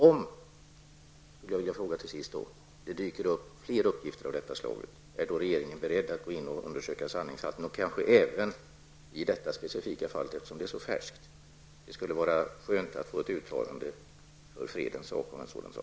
Om det, skulle jag till sist vilja fråga, dyker upp fler uppgifter av detta slag, är regeringen då beredd att gå in och undersöka sanningshalten och kanske även i detta specifika fall, eftersom det är så färskt? Det skulle vara skönt att få ett uttalande för fredens sak om detta.